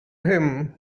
him